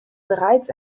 bereits